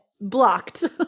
blocked